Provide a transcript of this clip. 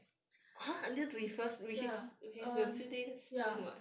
ya err ya